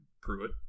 Pruitt